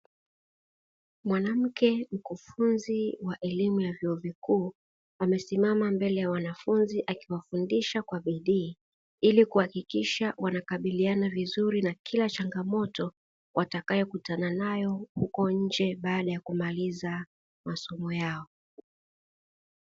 Mwanamke mkufunzi wa elimu ya vyuo vikuu amesimama mbele ya wanafunzi, akiwafundisha kwa bidii ili kuhahakikisha wanakabiliana vizuri na kila changamoto watakayo kutananayo huko nje baada ya kumaliza masomo yao.